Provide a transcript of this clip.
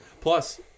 Plus